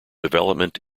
development